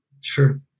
Sure